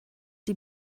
die